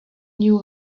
knew